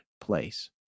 place